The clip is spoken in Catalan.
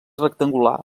rectangular